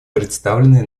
представленной